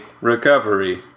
recovery